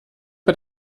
bei